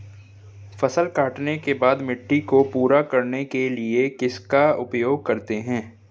फसल काटने के बाद मिट्टी को पूरा करने के लिए किसका उपयोग करते हैं?